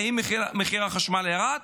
האם מחיר החשמל ירד?